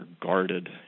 guarded